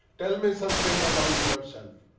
tell me something about yourself.